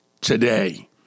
today